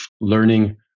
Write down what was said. learning